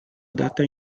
adatta